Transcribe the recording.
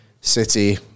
City